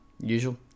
Usual